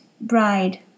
bride